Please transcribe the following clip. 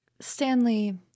Stanley